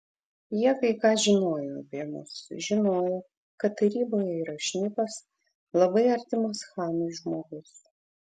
jie kai ką žinojo apie mus žinojo kad taryboje yra šnipas labai artimas chanui žmogus